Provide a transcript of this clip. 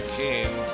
came